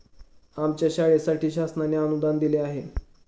आमच्या शाळेसाठी शासनाने अनुदान दिले आहे